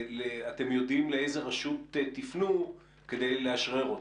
אתם יודעים לאיזו רשות תפנו כדי לאשרר אותו?